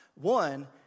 One